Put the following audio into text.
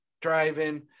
driving